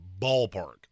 ballpark